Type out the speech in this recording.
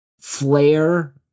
flare